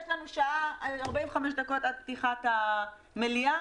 יש לנו 45 דקות עד פתיחת המליאה,